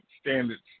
standards